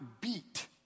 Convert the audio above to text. beat